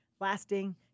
Lasting